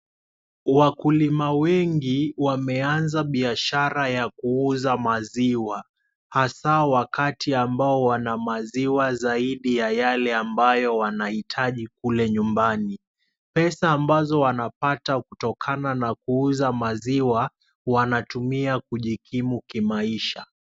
Wakulima wengi wameanza biashara ya kuuza maziwa hasa wakati ambao wana maziwa zaidi ya yale ambayo wanaitaji kule nyumbani. Pesa ambazo wanapata kutokana na kuuza maziwa wanatumia kujikimu kimaisha.